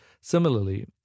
Similarly